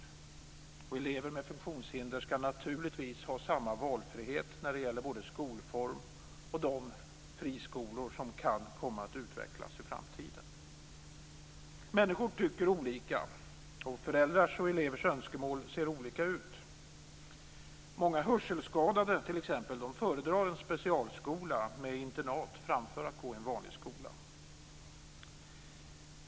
Elever med funktionshinder ska naturligtvis ha samma valfrihet när det gäller både skolform och de friskolor som kan komma att utvecklas i framtiden. Människor tycker olika och föräldrars och elevers önskemål ser olika ut. Många hörselskadade t.ex. föredrar en specialskola med internat framför att gå i en vanlig skola.